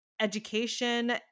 education